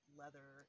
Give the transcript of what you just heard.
leather